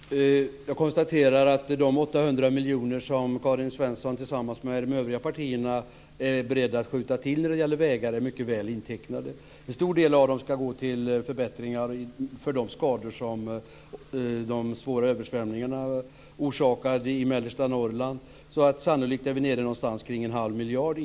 Fru talman! Jag konstaterar att de 800 miljoner som Karin Svensson Smith tillsammans med de övriga partierna är beredd att skjuta till när det gäller vägar är mycket väl intecknade. En stor del av dem ska gå till förbättringar när det gäller de skador som de svåra översvämningarna i mellersta Norrland orsakade. Sannolikt är vi nere någonstans kring en halv miljard.